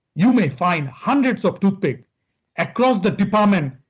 you may find hundreds of toothpicks across the department,